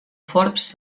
forbes